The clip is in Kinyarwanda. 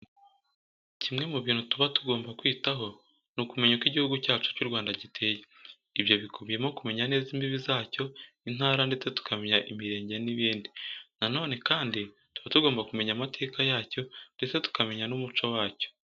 Kimwe mu bintu tuba tugomba kwitaho, ni ukumenya uko Igihugu cyacu cy'u Rwanda giteye. Ibyo bikubiyemo kumenya neza imbibi zacyo, intara ndetse tukamenya imirenge n'ibindi. Na none kandi tuba tugomba kumenya amateka yacyo ndetse tukamenya n'umuco wacyo.